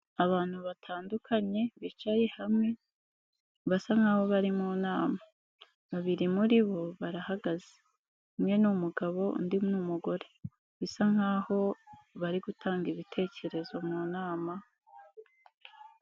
Abantu batandukanye, bicaye hamwe, basa nk'aho bari mu nama, babiri muri bo barahagaze, umwe n'umugabo, undi n'umugore, bisa nk'aho bari gutanga ibitekerezo mu nama.